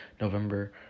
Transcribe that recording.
November